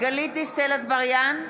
גלית דיסטל אטבריאן,